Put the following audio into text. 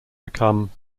become